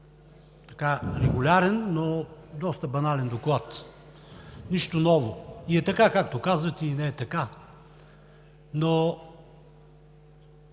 този регулярен, но доста банален доклад. Нищо ново. И е така, както казвате, и не е така. Но